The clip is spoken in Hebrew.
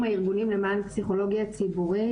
הארגונים למען פסיכולוגיה ציבורית.